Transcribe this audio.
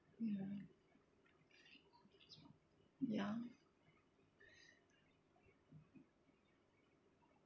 ya ya